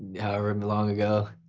however um long ago,